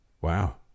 Wow